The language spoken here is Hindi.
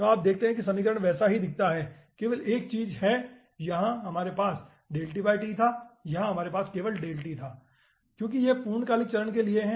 तो आप देखते हैं कि समीकरण वैसा ही दिखता है लेकिन केवल एक चीज यह है कि यहां हमारे पास था यहां हमारे पास केवल था क्योंकि यह पूर्णकालिक चरण के लिए है